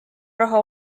raha